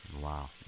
Wow